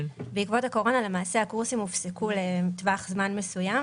בעקבות הקורונה למעשה הקורסים הופסקו לטווח זמן מסוים,